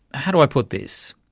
how do i put this?